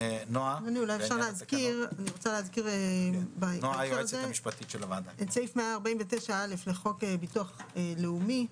אני רוצה להזכיר את סעיף 149(א) לחוק ביטוח לאומי,